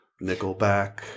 Nickelback